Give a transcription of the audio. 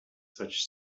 such